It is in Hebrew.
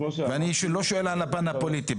ואני לא שואל על הפן הפוליטי,